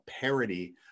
parody